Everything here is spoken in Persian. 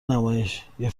نمایش، یه